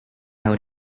out